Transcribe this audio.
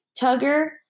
Tugger